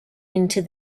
into